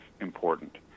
important